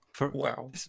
Wow